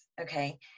Okay